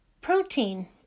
protein